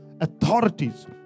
authorities